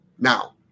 Now